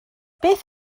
beth